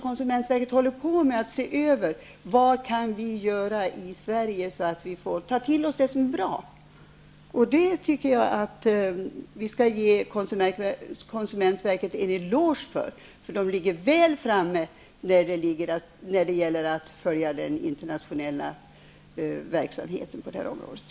Konsumentverket håller nu på att se över dem för att se vad vi kan göra i Sverige för att ta till oss det som är bra. Det tycker jag att vi skall ge konsumentverket en eloge för. Verket ligger väl framme när det gäller att följa den internationella verksamheten på området.